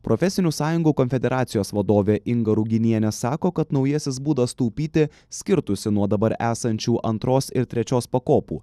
profesinių sąjungų konfederacijos vadovė inga ruginienė sako kad naujasis būdas taupyti skirtųsi nuo dabar esančių antros ir trečios pakopų